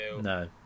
no